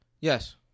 Yes